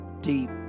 deep